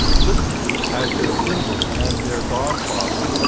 looked to as their symbol and as their godfather.